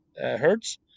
hertz